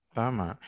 tama